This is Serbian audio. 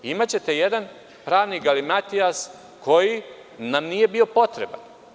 Imaćete jedan pravni galimatijas koji nam nije bio potreban.